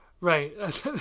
Right